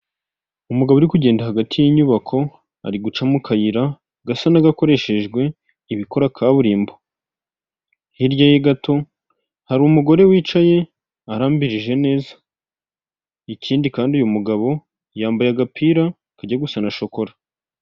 Aha ni mu ikaragiro ry'amata aho hagaragaramo imashini zagenewe gutunganya amata, hakagaragaramo ameza, harimo indobo, harimo amakaro. Iyo urebye ku nkuta hariho irange ry'ubururu, urukuta rwiza cyane rusa n'ubururu ndetse aha hantu ni heza pe.